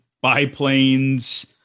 biplanes